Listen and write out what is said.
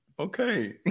Okay